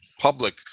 public